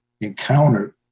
encountered